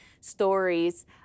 stories